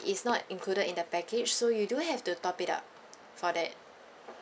it's not included in the package so you do have to top it up for that